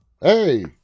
Hey